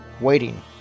waiting